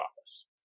office